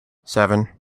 seven